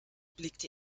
blickte